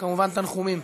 וכמובן תנחומים.